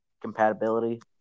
compatibility